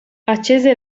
accese